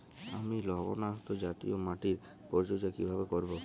আমি লবণাক্ত জাতীয় মাটির পরিচর্যা কিভাবে করব?